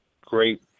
great